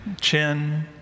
chin